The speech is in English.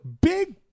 big